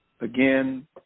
Again